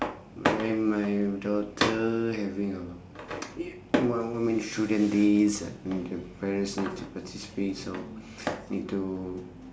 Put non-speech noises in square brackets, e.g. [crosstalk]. when my daughter having a [noise] children days uh and the parents need to participate so need to